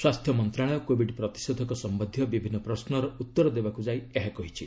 ସ୍ୱାସ୍ଥ୍ୟ ମନ୍ତ୍ରଣାଳୟ କୋବିଡ୍ ପ୍ରତିଷେଧକ ସମ୍ଭନ୍ଧୀୟ ବିଭିନ୍ନ ପ୍ରଶ୍ୱର ଉତ୍ତର ଦେବାକୁ ଯାଇ ଏହା କହିଛି